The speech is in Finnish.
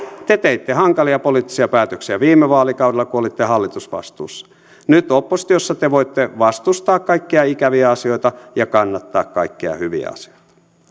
te teitte hankalia poliittisia päätöksiä viime vaalikaudella kun olitte hallitusvastuussa nyt oppositiossa te voitte vastustaa kaikkia ikäviä asioita ja kannattaa kaikkia hyviä asioita